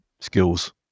skills